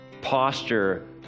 posture